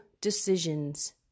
decisions